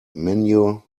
manure